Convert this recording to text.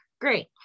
Great